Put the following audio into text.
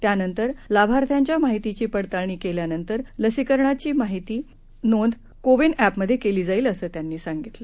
त्यानंतरलाभार्थ्यांच्यामाहितीचीपडताळणीकेल्यानंतरलसीकरणाचीमाहितीचीनोंदकोवीनएपमध्येकेलीजाईल असंत्यांनीसांगितलं